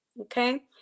okay